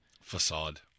Facade